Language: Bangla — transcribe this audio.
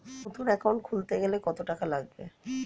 নতুন একাউন্ট খুলতে গেলে কত টাকা লাগবে?